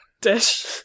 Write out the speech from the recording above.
dish